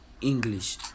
english